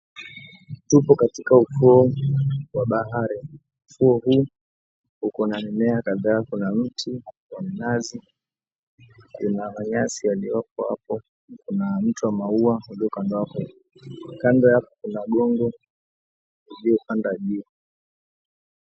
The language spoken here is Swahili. Tuko katika ufuo wa bahari ,ufuo huu uko na mimea kadhaa kuna miti ya minazi kuna manyasi yalioko hapo kuna mti wa maua ulioko kando, kando yake kuna gongo iliyopanda juu.